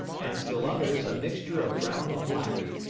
and still others a mixture of brown and black.